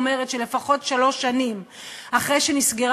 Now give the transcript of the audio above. היא אומרת שלפחות שלוש שנים אחרי שנסגרה